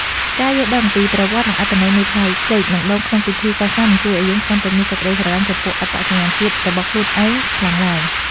ការយល់ដឹងពីប្រវត្តិ និងអត្ថន័យនៃផ្លែចេក និងដូងក្នុងពិធីសាសនានឹងជួយឱ្យយើងកាន់តែមានសេចក្តីស្រឡាញ់ចំពោះអត្តសញ្ញាណជាតិរបស់ខ្លួនឯងខ្លាំងឡើង។